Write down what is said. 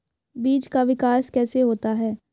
बीज का विकास कैसे होता है?